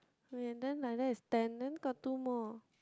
okay then like that is ten then got two more